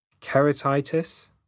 keratitis